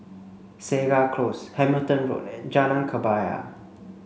Segar Close Hamilton Road and Jalan Kebaya